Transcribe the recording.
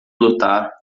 lutar